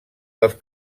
dels